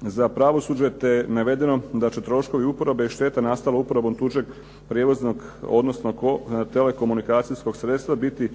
za pravosuđe te je navedeno da će troškovi uporabe i štete nastale uporabom tuđeg prijevoznog odnosno telekomunikacijskog sredstva biti